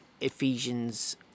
Ephesians